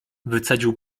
wycedził